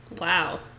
wow